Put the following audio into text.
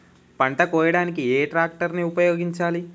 పంట కోయడానికి ఏ ట్రాక్టర్ ని ఉపయోగించాలి?